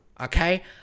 okay